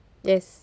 yes